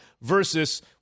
versus